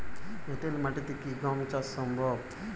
এঁটেল মাটিতে কি গম চাষ সম্ভব?